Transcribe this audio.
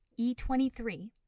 E23